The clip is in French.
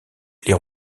les